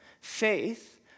Faith